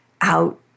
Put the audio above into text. out